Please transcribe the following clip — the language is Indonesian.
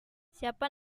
siapa